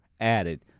added